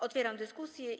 Otwieram dyskusję.